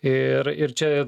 ir ir čia